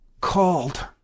called